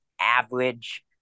average